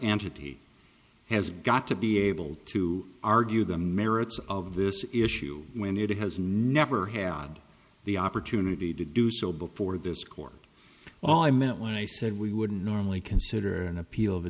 entity has got to be able to argue the merits of this issue when it has never had the opportunity to do so before this court all i meant when i said we wouldn't normally consider